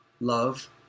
Love